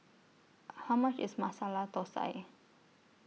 How much IS Masala Thosai